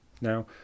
Now